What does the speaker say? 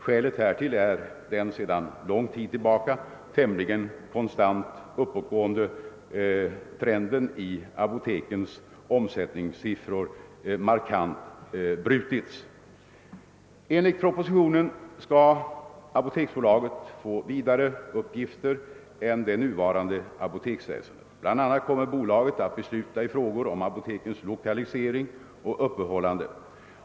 Skälet härtill är att den sedan lång tid tillbaka tämligen konstant uppåtgående trenden i apotekens omsättningssiffror markant brutits. Enligt propositionen skall apoteksbolaget få vidare uppgifter än det nuvarande apoteksväsendet. Bl.a. kommer bolaget att besluta i frågor om apotekens lokalisering och öppethållande.